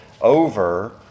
over